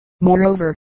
moreover